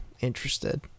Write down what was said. interested